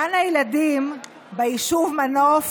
גן הילדים ביישוב מנוף